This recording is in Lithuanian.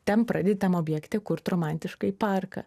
ten pradedi tam objekte kurt romantiškai parką